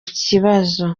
kibazo